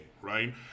right